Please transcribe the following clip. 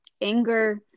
anger